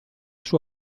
sua